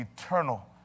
eternal